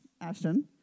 Ashton